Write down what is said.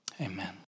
amen